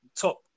top